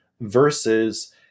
Versus